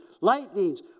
lightnings